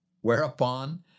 Whereupon